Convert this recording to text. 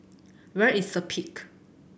where is The Peak